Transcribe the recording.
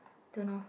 don't know